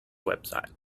website